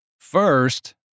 First